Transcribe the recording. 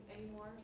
anymore